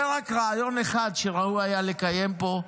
זה רק רעיון אחד שראוי היה לקיים פה.